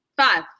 five